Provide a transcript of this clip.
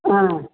ஆ